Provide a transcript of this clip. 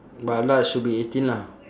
but large should be eighteen lah